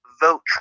vote